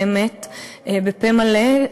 באמת בפה מלא,